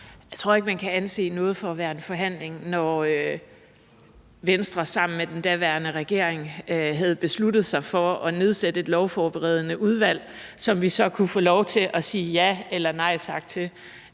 Jeg tror ikke, man kan anse noget for at være en forhandling, når Venstre sammen med den daværende regering havde besluttet sig for at nedsætte et lovforberedende udvalg, som vi så kunne få lov til at sige ja eller nej tak til.